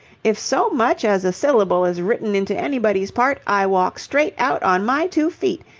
if so much as a syllable is written into anybody's part, i walk straight out on my two feet.